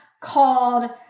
called